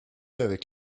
avec